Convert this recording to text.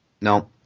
No